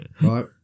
Right